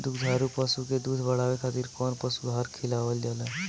दुग्धारू पशु के दुध बढ़ावे खातिर कौन पशु आहार खिलावल जाले?